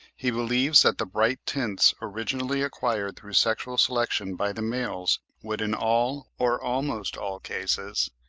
he believes that the bright tints originally acquired through sexual selection by the males would in all, or almost all cases,